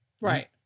Right